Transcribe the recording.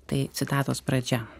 tai citatos pradžia